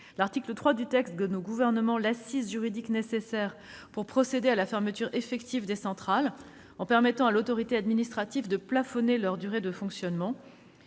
L'article 3 du texte donne au Gouvernement l'assise juridique nécessaire pour procéder à la fermeture effective des centrales, en permettant à l'autorité administrative de plafonner leur durée de fonctionnement.